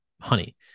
honey